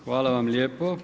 Hvala vam lijepo.